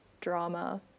drama